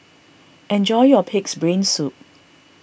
enjoy your Pig's Brain Soup